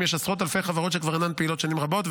יש עשרות אלפי חברות שכבר אינן פעילות שנים רבות,